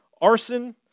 arson